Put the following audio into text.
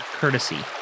courtesy